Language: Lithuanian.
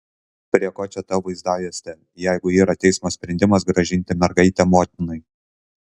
prie ko čia ta vaizdajuostė jeigu yra teismo sprendimas grąžinti mergaitę motinai